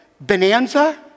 Bonanza